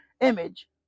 image